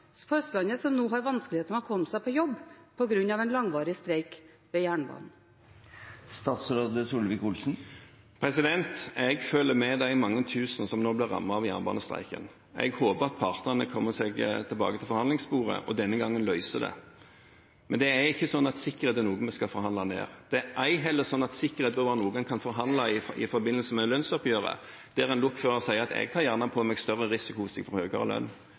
på Østlandet som nå har vanskeligheter med å komme seg på jobb på grunn av en langvarig streik ved jernbanen? Jeg føler med de mange tusen som nå blir rammet av jernbanestreiken. Jeg håper at partene kommer seg tilbake til forhandlingsbordet – og at de denne gangen løser det. Men det er ikke sånn at sikkerhet er noe vi skal forhandle ned. Det er ei heller sånn at sikkerhet bør være noe en kan forhandle om i forbindelse med lønnsoppgjøret, der en lokfører sier at han gjerne tar på seg større